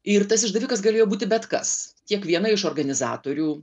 ir tas išdavikas galėjo būti bet kas tiek viena iš organizatorių